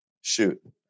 Shoot